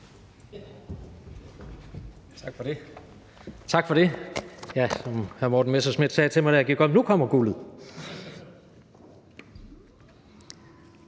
Tak for det.